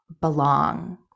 belong